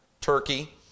Turkey